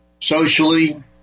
socially